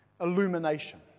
Illumination